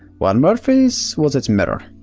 while murphy's was it's mirror,